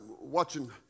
watching